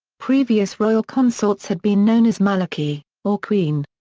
previous royal consorts had been known as malakeh, or queen.